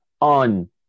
on